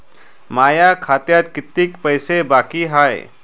माया खात्यात कितीक पैसे बाकी हाय?